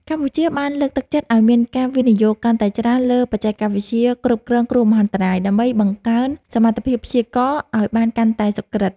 កម្ពុជាបានលើកទឹកចិត្តឱ្យមានការវិនិយោគកាន់តែច្រើនលើបច្ចេកវិទ្យាគ្រប់គ្រងគ្រោះមហន្តរាយ ដើម្បីបង្កើនសមត្ថភាពព្យាករណ៍ឱ្យបានកាន់តែសុក្រឹត។